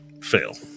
Fail